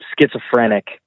schizophrenic